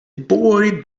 boy